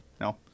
No